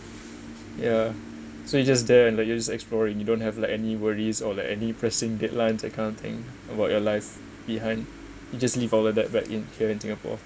ya so you're just there and like you're just exploring you don't have like any worries or like any pressing deadlines that kind of thing about your life behind you just leave all of that back in here in singapore